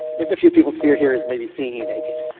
it's a few people's fear here is maybe seeing you naked